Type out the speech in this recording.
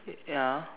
it ya